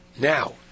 Now